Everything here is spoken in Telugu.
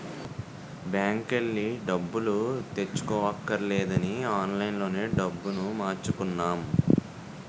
బాంకెల్లి డబ్బులు తెచ్చుకోవక్కర్లేదని ఆన్లైన్ లోనే డబ్బులు మార్చుకున్నాం